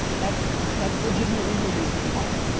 that's that's legitimately her reasoning why.